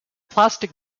plastic